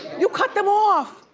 you cut them off?